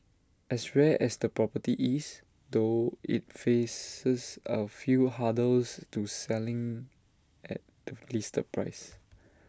as rare as the property is though IT faces A few hurdles to selling at the listed price